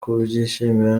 kubyishimira